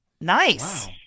nice